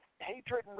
hatred